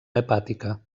hepàtica